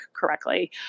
correctly